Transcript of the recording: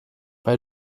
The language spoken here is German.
bei